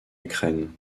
ukraine